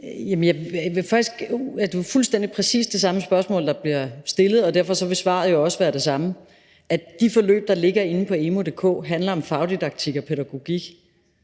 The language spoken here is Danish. Det er faktisk fuldstændig præcis det samme spørgsmål, der bliver stillet, og derfor vil svaret også være det samme, nemlig at de forløb, der ligger inde på emu.dk, handler om fagdidaktik og pædagogik,